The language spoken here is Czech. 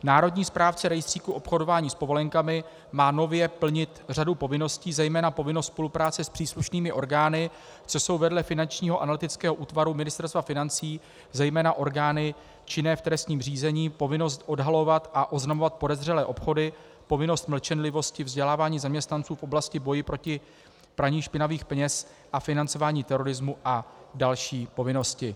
Národní správce rejstříku obchodování s povolenkami má nově plnit řadu povinností, zejména povinnost spolupráce s příslušnými orgány, což jsou vedle Finančního analytického útvaru Ministerstva financí zejména orgány činné v trestním řízení, povinnost odhalovat a oznamovat podezřelé obchody, povinnost mlčenlivosti, vzdělávání zaměstnanců v oblasti boje proti praní špinavých peněz a financování terorismu a další povinnosti.